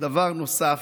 לדבר נוסף,